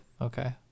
Okay